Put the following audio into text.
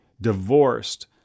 divorced